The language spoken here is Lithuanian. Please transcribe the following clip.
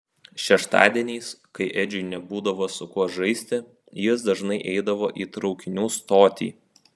šeštadieniais kai edžiui nebūdavo su kuo žaisti jis dažnai eidavo į traukinių stotį